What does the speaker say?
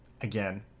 Again